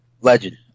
Legend